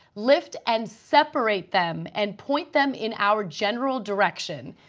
lift and separate them and point them in our general direction,